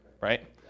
right